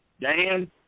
Dan